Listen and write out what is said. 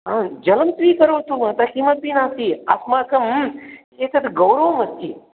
आं जलं स्वीकरोतु माता किमपि नास्ति अस्माकम् एतत् गौरवं अस्ति